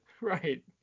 Right